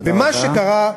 תודה רבה.